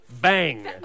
bang